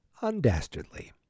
undastardly